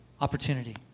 opportunity